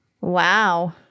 Wow